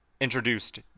introduced